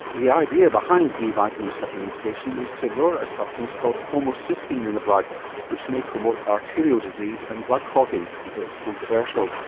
the idea behind b vitamin supplementation is to lower a substance called homocysteine in the blood which may promote arterial disease and blood clotting, although it's controversial.